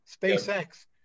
SpaceX